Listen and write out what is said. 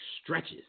stretches